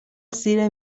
زیر